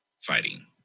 fighting